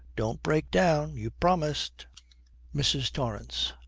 don't break down. you promised mrs. torrance.